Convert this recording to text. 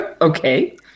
Okay